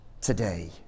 today